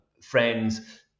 friends